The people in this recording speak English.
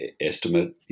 estimate